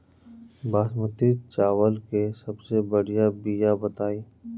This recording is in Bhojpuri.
बासमती चावल के सबसे बढ़िया बिया बताई?